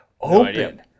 open